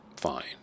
Fine